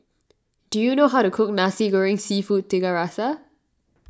do you know how to cook Nas Goreng Seafood Tiga Rasa